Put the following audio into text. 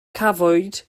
cafwyd